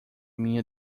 minha